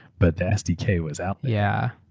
but the sdk was out. yeah.